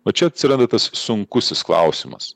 va čia atsiranda tas sunkusis klausimas